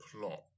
plot